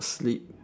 sleep